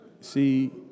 see